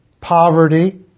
poverty